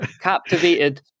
captivated